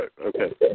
Okay